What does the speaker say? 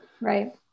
Right